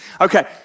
Okay